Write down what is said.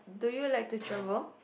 do you like to travel